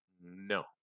no